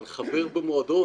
על חבר במועדון,